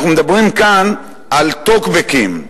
אנחנו מדברים כאן על טוקבקים,